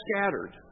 scattered